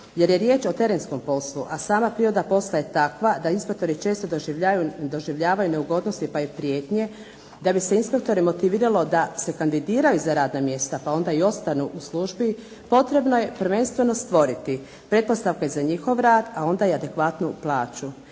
jer je riječ o terenskom poslu, a sama priroda posla je takva da inspektori često doživljavaju neugodnosti pa i prijetnje. Da bi se inspektore motiviralo da se kandidiraju za radna mjesta pa onda i ostanu u službi potrebno je prvenstveno stvoriti pretpostavke za njihov rad a onda i adekvatnu plaću.